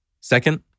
Second